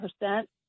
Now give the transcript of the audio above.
percent